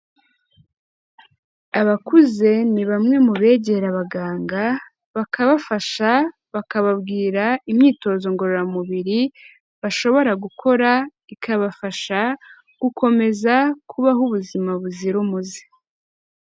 Abakuze ni bamwe mu begera abaganga bakabafasha, bakababwira imyitozo ngororamubiri bashobora gukora ikabafasha gukomeza kubaho ubuzima buzira umuze.